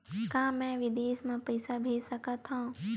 का मैं विदेश म पईसा भेज सकत हव?